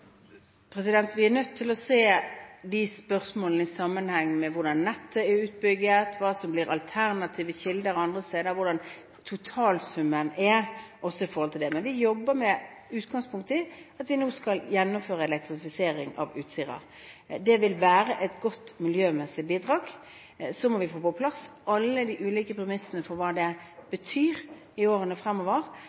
Vi er nødt til å se disse spørsmålene i sammenheng med hvordan nettet er utbygd, hva som blir alternative kilder andre steder og hva totalsummen blir også i forhold til det. Men vi jobber med utgangspunkt i at vi nå skal gjennomføre elektrifisering av Utsirahøyden. Det vil være et godt miljømessig bidrag. Så må vi få på plass alle de ulike premissene for hva det betyr i årene fremover